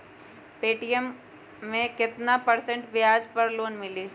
Paytm मे केतना percent ब्याज पर लोन मिली?